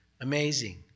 Amazing